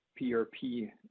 PRP